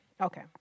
Okay